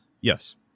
yes